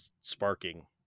sparking